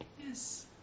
Yes